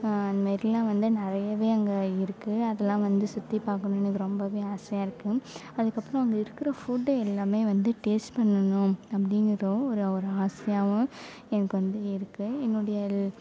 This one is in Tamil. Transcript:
அதுமாரிலாம் வந்து நிறையவே அங்கே இருக்கு அதலாம் வந்து சுற்றி பாக்கணும்னு எனக்கு ரொம்ப ஆசையாக இருக்கு அதுக்கு அப்றம் அங்கே இருக்கிற ஃபுட்டை எல்லாமே வந்து டேஸ்ட் பண்ணணும் அப்படிங்கிற ஒரு ஆசையாகவும் எனக்கு வந்து இருக்கு என்னுடைய